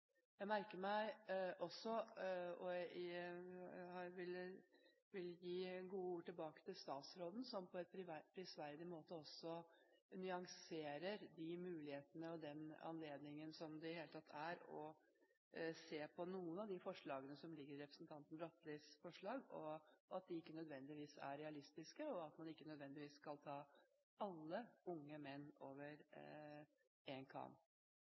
Jeg vil også gi gode ord tilbake til statsråden, som jeg merket meg på en prisverdig måte nyanserer mulighetene for og anledningen til å se på noen av de tiltakene som ligger i representanten Bratlis forslag – at de ikke nødvendigvis er realistiske, og at man ikke nødvendigvis skal skjære alle unge menn over en